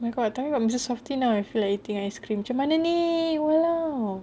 oh my god talking about mister softee now I feel like eating ice cream macam mana ini !walao!